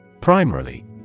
Primarily